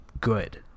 good